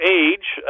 age